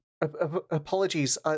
Apologies